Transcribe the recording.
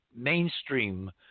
mainstream